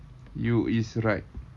you is right